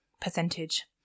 percentage